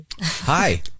Hi